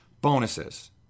bonuses